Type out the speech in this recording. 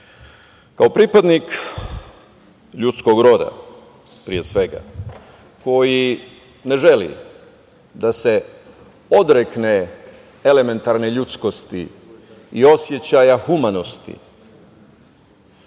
pripadnik ljudskog roda, pre svega, koji ne želi da se odrekne elementarne ljudskosti i osećaja humanosti,